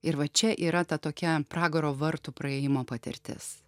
ir va čia yra ta tokia pragaro vartų praėjimo patirtis